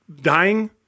dying